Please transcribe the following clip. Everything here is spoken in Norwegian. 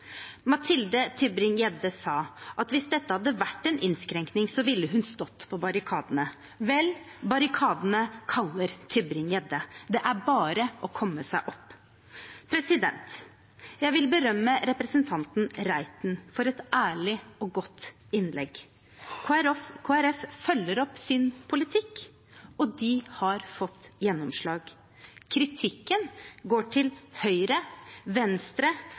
Mathilde Tybring-Gjedde sa at hvis dette hadde vært en innskrenkning, ville hun stått på barrikadene. Vel, barrikadene kaller, Tybring-Gjedde, det er bare å komme seg opp! Jeg vil berømme representanten Reiten for et ærlig og godt innlegg. Kristelig Folkeparti følger opp sin politikk, og de har fått gjennomslag. Kritikken går til Høyre, Venstre